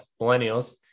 millennials